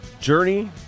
Journey